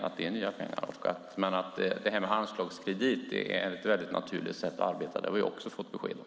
Anslagskredit är ett naturligt sätt att arbeta. Det har vi också fått besked om.